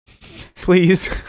Please